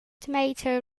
tomato